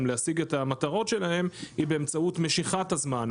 להשיג את המטרות שלהם זה באמצעות משיכת הזמן,